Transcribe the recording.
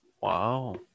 Wow